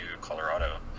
Colorado